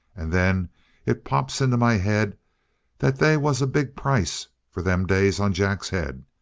and then it pops into my head that they was a big price, for them days, on jack's head.